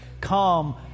come